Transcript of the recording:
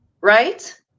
right